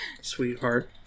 Sweetheart